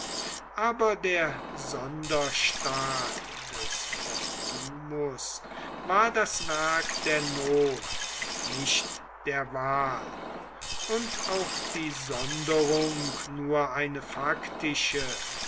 aber der sonderstaat des postumus war das werk der not nicht der wahl und auch die sonderung nur eine faktische